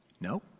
No